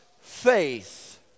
faith